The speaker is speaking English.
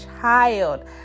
child